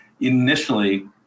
initially